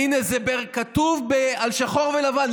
הינה, זה כתוב שחור על לבן.